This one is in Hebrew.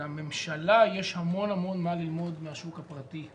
לממשלה, יש המון מה ללמוד מהשוק הפרטי.